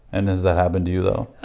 and does that happen to you though?